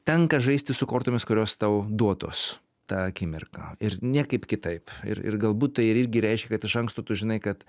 tenka žaisti su kortomis kurios tau duotos tą akimirką ir niekaip kitaip ir ir galbūt tai ir irgi reiškia kad iš anksto tu žinai kad